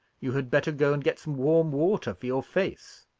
you had better go and get some warm water for your face,